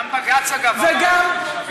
גם בג"ץ, אגב, אמר.